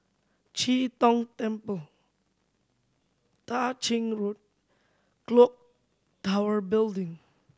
Chee Tong Temple Tah Ching Road Clock Tower Building